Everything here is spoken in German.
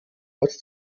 als